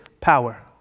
power